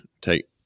take